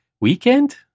weekend